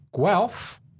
Guelph